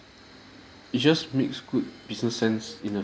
it just makes good business sense in a